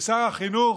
ושר החינוך,